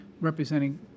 representing